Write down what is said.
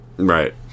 Right